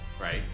right